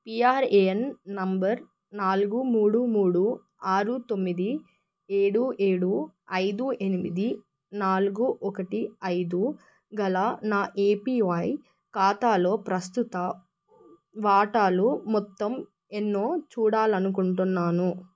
PRAN number నాలుగు మూడు మూడు ఆరు తొమ్మిది ఏడు ఏడు ఐదు ఎనిమిది నాలుగు ఒకటి ఐదు గల నా ఏపివై ఖాతాలో ప్రస్తుత వాటాలు మొత్తం ఎన్నో చూడాలనుకుంటున్నాను